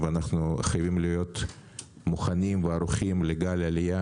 ואנו חייבים להיות מוכנים וערוכים לגל עלייה